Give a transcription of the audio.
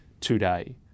today